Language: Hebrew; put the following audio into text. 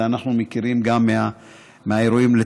את זה אנחנו מכירים גם מהאירועים האחרונים,